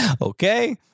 Okay